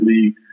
League